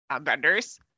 vendors